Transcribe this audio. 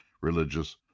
religious